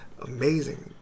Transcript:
amazing